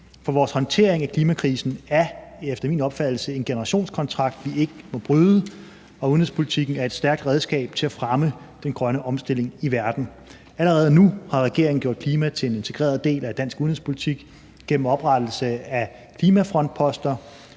For vores håndtering af klimakrisen er efter min opfattelse en generationskontrakt, vi ikke må bryde, og udenrigspolitikken er et stærkt redskab til at fremme den grønne omstilling i verden. Allerede nu har regeringen gjort klimaet til en integreret del af dansk udenrigspolitik gennem oprettelse af klimafrontposter